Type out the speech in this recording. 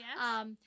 yes